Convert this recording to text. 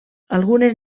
algunes